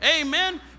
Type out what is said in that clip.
Amen